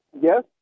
Yes